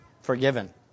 forgiven